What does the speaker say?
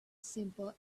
simple